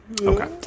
Okay